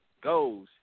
goes